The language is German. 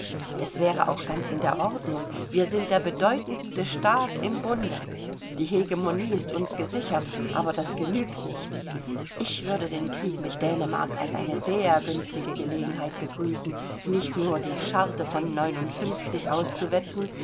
es wäre auch ganz in der ordnung wir sind der bedeutendste staat im bunde die hegemonie ist uns gesichert aber das genügt nicht ich würde den krieg mit dänemark als eine sehr günstige gelegenheit begrüßen nicht nur die scharte von auszuwetzen